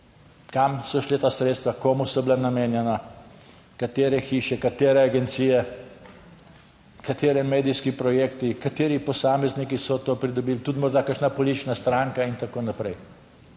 kam so šla ta sredstva, komu so bila namenjena, katere hiše, katere agencije, kateri medijski projekti, kateri posamezniki so to pridobili, tudi morda kakšna politična stranka in tako naprej.